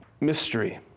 mystery